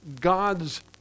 God's